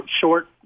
short